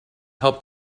help